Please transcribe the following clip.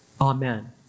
Amen